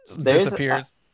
Disappears